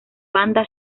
banda